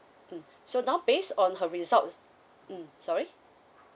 mm so now base on her results mm sorry